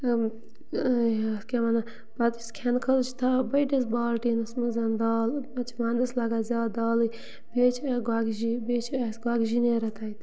یتھ کیٛاہ وَنان پَتہٕ یُس کھٮ۪نہٕ خٲطرٕ چھِ تھاوان بٔڑِس بالٹیٖنَس مَنٛز دال پَتہٕ چھِ وَندَس لَگان زیادٕ دالٕے بیٚیہِ چھِس گۄگجہِ بیٚیہِ چھِ اَسہِ گۄگجہِ نیران تَتہِ